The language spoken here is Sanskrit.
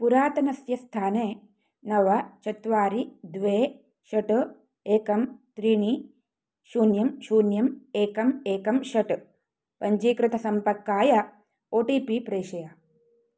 पुरातनस्य स्थाने नव चत्वारि द्वे षट् एकं त्रीणि शून्यं शून्यम् एकम् एकं षट् पञ्जीकृतसम्पर्काय ओ टी पी प्रेषय